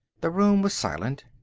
the room was silent.